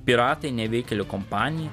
piratai nevykėlių kompanija